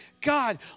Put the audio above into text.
God